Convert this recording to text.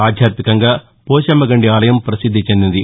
ఆధ్యాత్మికంగా పోశమ్మగంది ఆలయం పసిద్ది చెందింది